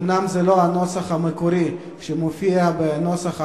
אומנם זה לא הנוסח המקורי שמופיע בנוסח החוק,